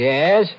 Yes